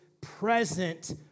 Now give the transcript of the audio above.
present